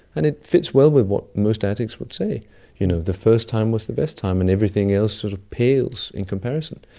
and it fits well with what most addicts would say you know the first time was the best time and everything else sort of pales in comparison.